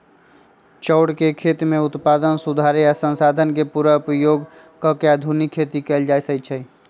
चौर के खेती में उत्पादन सुधारे आ संसाधन के पुरा उपयोग क के आधुनिक खेती कएल जाए छै